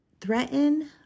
threaten